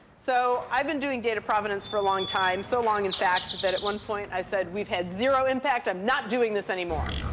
so i've been doing data provenance for a long time. so long, in fact, that at one point, point, i said, we've had zero impact. i'm not doing this anymore.